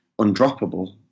undroppable